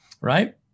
right